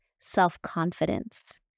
self-confidence